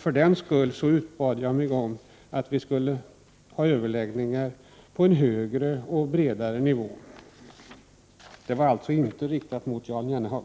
För den skull framhöll jag att vi borde få överläggningar på en högre nivå och med en bredare bas. Det var alltså inte riktat mot Jan Jennehag.